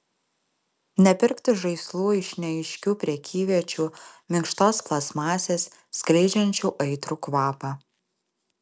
nepirkti žaislų iš neaiškių prekyviečių minkštos plastmasės skleidžiančių aitrų kvapą